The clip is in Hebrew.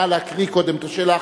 נא להקריא קודם את השאלה,